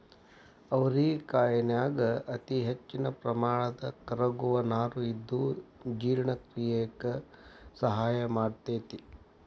ಅವರಿಕಾಯನ್ಯಾಗ ಅತಿಹೆಚ್ಚಿನ ಪ್ರಮಾಣದ ಕರಗುವ ನಾರು ಇದ್ದು ಜೇರ್ಣಕ್ರಿಯೆಕ ಸಹಾಯ ಮಾಡ್ತೆತಿ